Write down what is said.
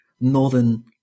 northern